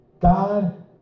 God